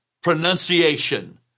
pronunciation